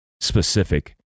specific